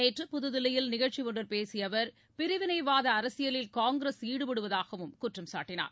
நேற்று புதுதில்லியில் நிகழ்ச்சி ஒன்றில் பேசிய அவர் பிரிவினைவாத அரசியலில் காங்கிரஸ் ஈடுபடுவதாகவும் குற்றம் சாட்டினார்